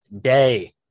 day